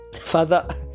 Father